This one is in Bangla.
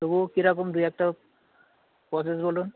তবুও কিরকম দুই একটা প্রসেস বলুন